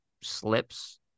slips